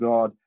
God